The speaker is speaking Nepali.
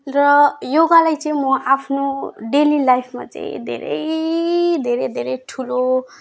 र योगालाई चाहिँ म आफ्नो डेली लाइफमा चाहिँ धेरै धेरै धेरै ठुलो